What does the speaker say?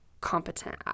competent